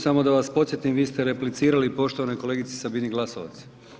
Samo da vas podsjetim vi ste replicirali poštovanoj kolegici Sabini Glasovac.